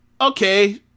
okay